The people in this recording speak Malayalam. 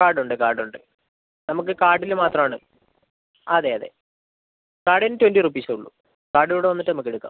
കാർഡ് ഉണ്ട് കാർഡ് ഉണ്ട് നമുക്ക് കാർഡിൽ മാത്രമാണ് അതെ അതെ കാർഡിന് ട്വൻറ്റി റുപ്പീസേ ഉള്ളൂ കാർഡ് ഇവിടെ വന്നിട്ട് നമുക്കെടുക്കാം